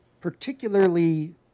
particularly